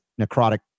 necrotic